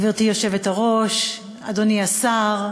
גברתי היושבת-ראש, אדוני השר,